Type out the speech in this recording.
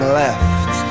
left